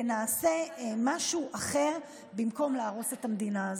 ונעשה משהו אחר במקום להרוס את המדינה הזאת.